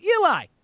Eli